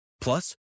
Plus